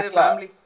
family